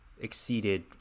exceeded